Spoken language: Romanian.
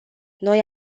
noi